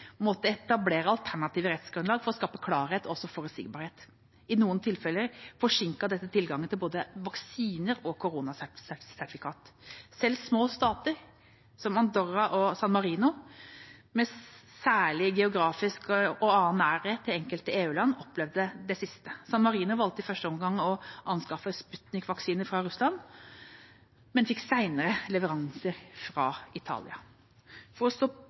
måtte etablere alternative rettsgrunnlag for å skape klarhet og forutsigbarhet. I noen tilfeller forsinket dette tilgangen til både vaksiner og koronasertifikat. Selv små stater som Andorra og San Marino, med særlig geografisk og annen nærhet til enkelte EU-land, opplevde det siste. San Marino valgte i første omgang å anskaffe Sputnik-vaksiner fra Russland, men fikk senere leveranser fra Italia. For å stå